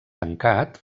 tancat